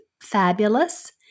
fabulous